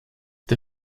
der